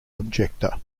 objector